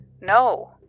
No